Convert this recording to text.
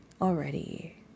already